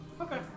Okay